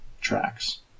tracks